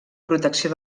protecció